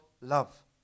love